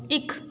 ਇੱਕ